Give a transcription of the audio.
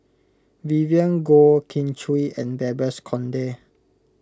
Vivien Goh Kin Chui and Babes Conde